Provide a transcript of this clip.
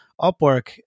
upwork